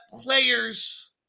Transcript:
players